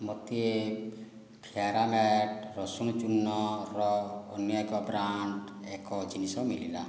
ମୋତିଏ ଫ୍ୟାରାମାଟ୍ ରସୁଣ ଚୂର୍ଣ୍ଣର ଅନ୍ୟ ଏକ ବ୍ରାଣ୍ଡ୍ର ଏକ ଜିନିଷ ମିଳିଲା